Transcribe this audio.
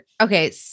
okay